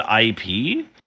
IP